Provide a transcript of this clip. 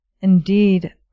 indeed